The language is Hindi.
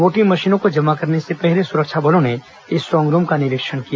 वोटिंग मशीनों को जमा करने से पहले सुरक्षा बलों ने स्ट्रांग रूम का निरीक्षण किया